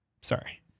Sorry